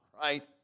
right